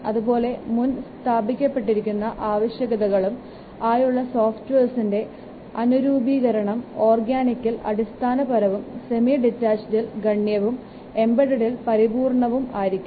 അതുപോലെ മുൻ സ്ഥാപിക്കപ്പെട്ടിരിക്കുന്ന ആവശ്യകതകളും ആയുള്ള സോഫ്റ്റ്വെയറിന്റെ അനുരൂപീകരണം ഓർഗാനിക്കിൽ അടിസ്ഥാനപരവും സെമി ഡിറ്റാച്ചഡിൽ ഗണ്യവും എംബഡഡിൽ പരിപൂർണ്ണവും ആയിരിക്കും